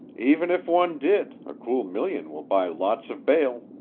even if one did, a cool million will buy lots of bail,